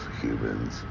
humans